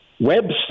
website